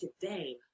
today